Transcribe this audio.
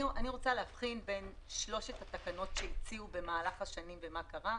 אני רוצה להבחין בין שלושת התקנות שהוציאו במהלך השנים ומה קרה.